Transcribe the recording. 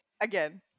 Again